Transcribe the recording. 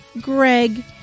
Greg